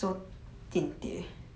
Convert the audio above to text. mm